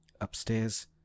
upstairs